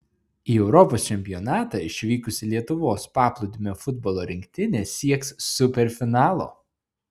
į europos čempionatą išvykusi lietuvos paplūdimio futbolo rinktinė sieks superfinalo